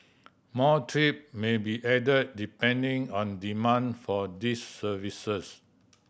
more trip may be added depending on demand for these services